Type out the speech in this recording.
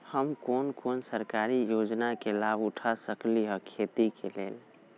हम कोन कोन सरकारी योजना के लाभ उठा सकली ह खेती के लेल?